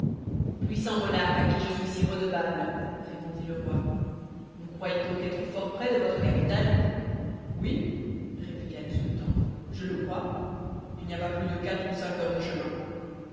puissant monarque à qui je suis si redevable répondit le roi vous croyez donc être fort près de votre capitale oui répliqua le sultan je le crois il n'y a pas plus de quatre ou cinq heures de chemin